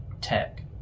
tech